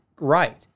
Right